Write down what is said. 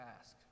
ask